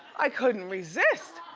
i couldn't resist.